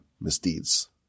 misdeeds